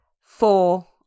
four